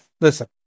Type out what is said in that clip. listen